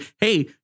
Hey